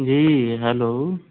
جی hello